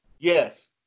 Yes